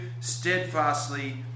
Steadfastly